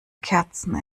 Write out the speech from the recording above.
kerzen